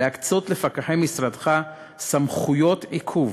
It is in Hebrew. להקצות לפקחי משרדך סמכויות עיכוב